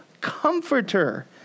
comforter